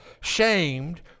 shamed